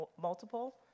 multiple